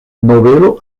nobelo